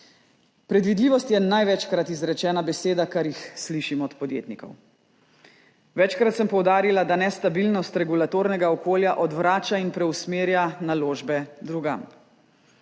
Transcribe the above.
Predvidljivost je največkrat izrečena beseda, kar jih slišim od podjetnikov. Večkrat sem poudarila, da nestabilnost regulatornega okolja odvrača in preusmerja naložbe drugam.